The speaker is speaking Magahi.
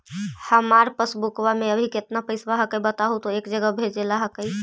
हमार पासबुकवा में अभी कितना पैसावा हक्काई बताहु तो एक जगह भेजेला हक्कई?